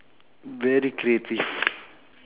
very creative